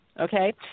Okay